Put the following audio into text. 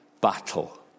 battle